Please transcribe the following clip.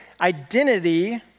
identity